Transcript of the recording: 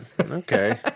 Okay